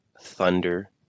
Thunder